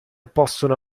possono